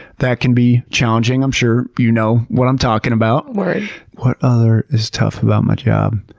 that can be challenging. i'm sure you know what i'm talking about. word. what other is tough about my job?